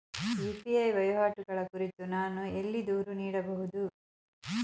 UPI ವಹಿವಾಟುಗಳ ಕುರಿತು ನಾನು ಎಲ್ಲಿ ದೂರು ನೀಡಬಹುದು?